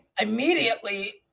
immediately